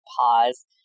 pause